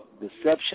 deception